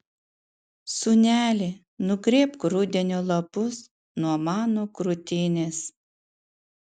sūneli nugrėbk rudenio lapus nuo mano krūtinės